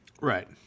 Right